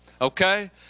Okay